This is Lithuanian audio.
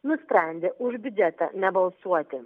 nusprendė už biudžetą nebalsuoti